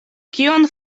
kion